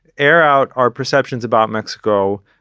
air out our perceptions about mexico.